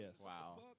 Wow